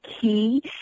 key